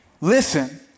listen